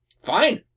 Fine